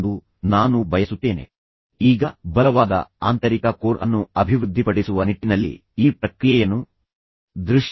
ಆದರೆ ನೀವು ಸಮಸ್ಯೆಯ ಮೇಲೆ ಗಮನ ಕೇಂದ್ರೀಕರಿಸಲು ಬಂದಿದ್ದೀರಿ ಇಲ್ಲಿ ಸಮಸ್ಯೆಯೆಂದರೆ ಸಂಬಂಧವು ಅಂತಹ ಸಂಘರ್ಷ ಮತ್ತು ಒತ್ತಡದ ಪರಿಸ್ಥಿತಿಗೆ ತಲುಪಿದೆ ಅವರು ವಿಚ್ಛೇದನದ ಮಟ್ಟವನ್ನು ತಲುಪಿದ್ದಾರೆ